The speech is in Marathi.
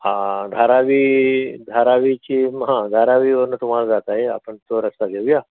हां धारावी धारावीची हां धारावीवरनं तुम्हाला जाता येईल आपण तो रस्ता घेऊ या